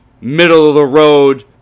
middle-of-the-road